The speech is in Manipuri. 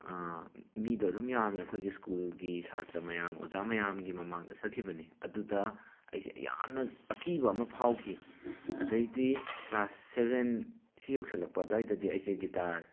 ꯃꯤꯗꯣ ꯑꯗꯨꯝ ꯌꯥꯝꯃꯤ ꯑꯩꯈꯣꯏꯒꯤ ꯁ꯭ꯀꯨꯜꯒꯤ ꯁꯥꯇ꯭ꯔ ꯃꯌꯥꯝ ꯑꯣꯖꯥ ꯃꯌꯥꯝꯒꯤ ꯃꯃꯥꯡꯗ ꯁꯛꯈꯤꯕꯅꯦ ꯑꯗꯨꯗ ꯑꯩꯁꯦ ꯌꯥꯝꯅ ꯑꯀꯤꯕ ꯑꯃ ꯐꯥꯎꯈꯤ ꯑꯗꯩꯗꯤ ꯀ꯭ꯂꯥꯁ ꯁꯚꯦꯟ ꯁꯤ ꯌꯧꯁꯜꯂꯛꯄ ꯑꯗꯥꯏꯗꯗꯤ ꯑꯩꯁꯦ ꯒꯤꯇꯥꯔ